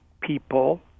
people